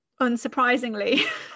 unsurprisingly